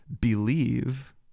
believe